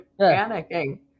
panicking